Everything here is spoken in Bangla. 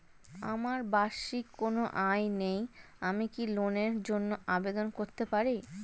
আমার বার্ষিক কোন আয় নেই আমি কি লোনের জন্য আবেদন করতে পারি?